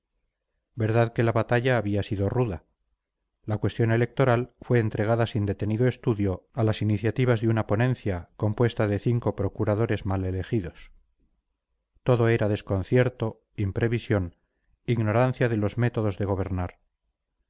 verdad que la batalla había sido ruda la cuestión electoral fue entregada sin detenido estudio a las iniciativas de una ponencia compuesta de cinco procuradores mal elegidos todo era desconcierto imprevisión ignorancia de los métodos de gobernar